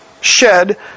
shed